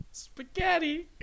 Spaghetti